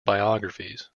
biographies